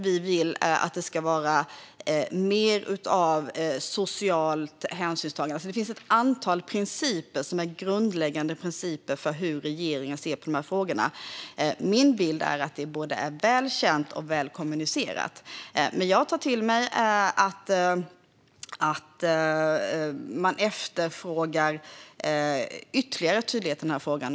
Vi vill också se mer av socialt hänsynstagande. Det finns ett antal principer som är grundläggande för hur regeringen ser på dessa frågor. Min bild är att detta är både väl känt och väl kommunicerat, men jag tar till mig att man efterfrågar ytterligare tydlighet i denna fråga.